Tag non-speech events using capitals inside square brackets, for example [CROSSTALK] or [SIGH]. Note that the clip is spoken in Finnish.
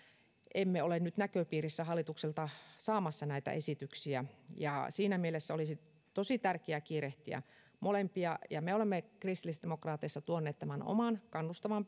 ei ole nyt näköpiirissä että olisimme hallitukselta saamassa näitä esityksiä ja siinä mielessä olisi tosi tärkeää kiirehtiä molempia me olemme kristillisdemokraateissa tuoneet tämän oman kannustavan [UNINTELLIGIBLE]